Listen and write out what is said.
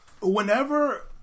whenever